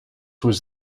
was